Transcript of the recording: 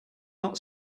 not